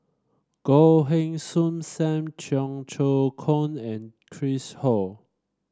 Goh Heng Soon Sam Cheong Choong Kong and Chris Ho